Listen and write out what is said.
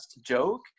joke